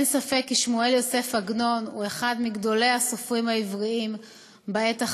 אין ספק כי שמואל יוסף עגנון הוא מגדולי הסופרים העבריים בעת החדשה.